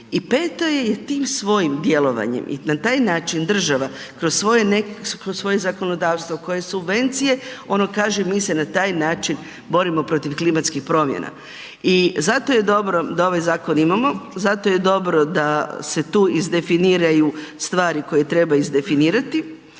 i peto je i tim svojim djelovanjem i na taj način država kroz svoje zakonodavstvo koje subvencije ono kaže mi se na taj način borimo protiv klimatskih promjena. I zato je dobro da ovaj zakon imamo, zato je dobro da se tu izdefiniraju stvari koje treba izdefinirati